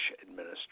administration